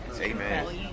Amen